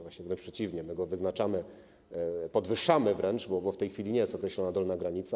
Właśnie wręcz przeciwnie, my go wyznaczamy, podwyższamy wręcz, bo w tej chwili nie jest określona dolna granica.